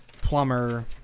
plumber